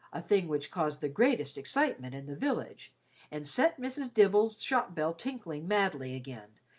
a thing which caused the greatest excitement in the village and set mrs. dibble's shop-bell tinkling madly again,